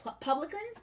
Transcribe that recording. publicans